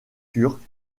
turque